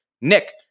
Nick